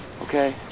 Okay